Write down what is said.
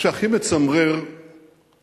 מה שהכי מצמרר הוא